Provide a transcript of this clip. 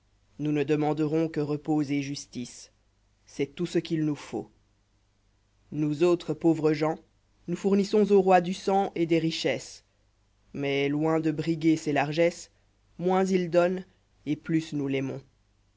nous ne demanderons que repos et justice c'est tout ce qu'il nous faut nous autres jpauvres gens nous fournissons au roi du sang et des richesses mais loin de briguer ses largesses moins il donne et plus nous l'aimons